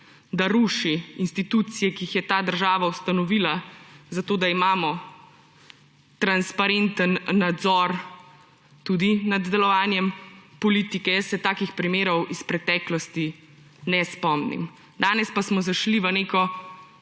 da ruši institucije, ki jih je ta država ustanovila zato, da imamo transparenten nadzor tudi nad delovanjem politike, jaz se takih primerov iz preteklosti ne spomnim. Danes pa smo zašli v neko